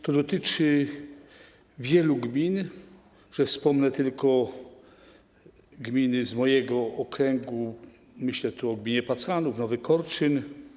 To dotyczy wielu gmin, że wspomnę tylko gminy z mojego okręgu, myślę tu o gminach Pacanów, Nowy Korczyn.